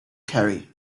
carry